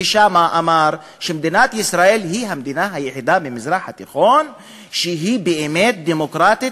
אמר שמדינת ישראל היא המדינה היחידה במזרח התיכון שהיא באמת דמוקרטית,